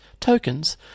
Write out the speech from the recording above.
tokens